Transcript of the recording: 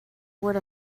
word